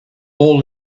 all